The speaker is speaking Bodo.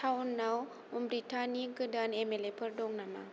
थावनआव अम्रितानि गोदान इमेलफोर दं नामा